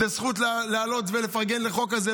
זו זכות לעלות ולפרגן לחוק הזה,